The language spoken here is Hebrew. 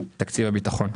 לתקציב הביטחון.